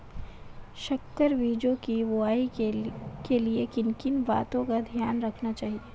संकर बीजों की बुआई के लिए किन किन बातों का ध्यान रखना चाहिए?